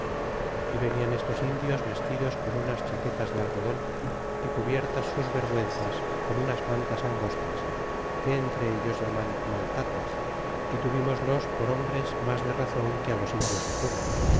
y venían estos indios vestidos con unas xaquetas de algodon y cubiertas sus vergüenzas con unas mantas angostas que entre ellos llaman maltates y tuvimoslos por hombres mas de razon que los indios de cuba